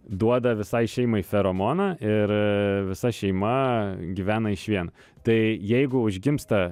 duoda visai šeimai feromoną ir visa šeima gyvena išvien tai jeigu užgimsta